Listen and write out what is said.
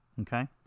Okay